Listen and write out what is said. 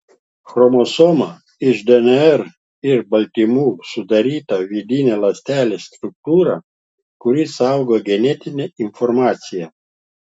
chromosoma iš dnr ir baltymų sudaryta vidinė ląstelės struktūra kuri saugo genetinę informaciją